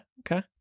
okay